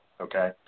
okay